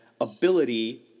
ability